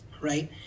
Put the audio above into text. right